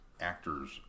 actors